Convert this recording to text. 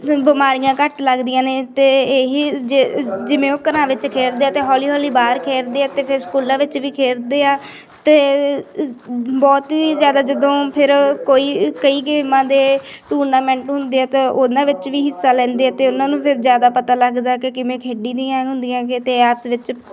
ਬਿਮਾਰੀਆਂ ਘੱਟ ਲੱਗਦੀਆਂ ਨੇ ਅਤੇ ਇਹੀ ਜ ਜਿਵੇਂ ਉਹ ਘਰਾਂ ਵਿੱਚ ਖੇਡਦੇ ਆ ਅਤੇ ਹੌਲੀ ਹੌਲੀ ਬਾਹਰ ਖੇਡਦੇ ਆ ਅਤੇ ਫਿਰ ਸਕੂਲਾਂ ਵਿੱਚ ਵੀ ਖੇਡਦੇ ਆ ਅਤੇ ਬਹੁਤ ਹੀ ਜ਼ਿਆਦਾ ਜਦੋਂ ਫਿਰ ਕੋਈ ਕਈ ਗੇਮਾਂ ਦੇ ਟੂਰਨਾਮੈਂਟ ਹੁੰਦੇ ਆ ਅਤੇ ਉਹਨਾਂ ਵਿੱਚ ਵੀ ਹਿੱਸਾ ਲੈਂਦੇ ਅਤੇ ਉਹਨਾਂ ਨੂੰ ਫਿਰ ਜ਼ਿਆਦਾ ਪਤਾ ਲੱਗਦਾ ਕਿ ਕਿਵੇਂ ਖੇਡੀ ਦੀਆਂ ਹੁੰਦੀਆਂ ਕਿਤੇ ਆਪਸ ਵਿੱਚ